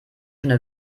schon